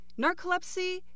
narcolepsy